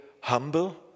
humble